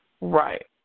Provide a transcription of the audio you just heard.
Right